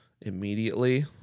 immediately